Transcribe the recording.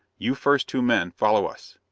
you first two men, follow us.